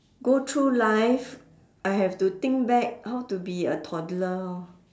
go through life I have to think back how to be a toddler lor